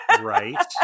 Right